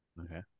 Okay